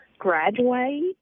graduate